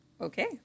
Okay